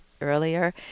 earlier